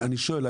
אני שואל,